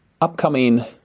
upcoming